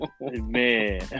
Man